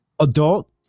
adult